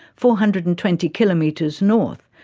four hundred and twenty kilometres north,